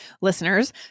listeners